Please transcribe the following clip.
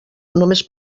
només